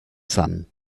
sun